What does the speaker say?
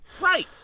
Right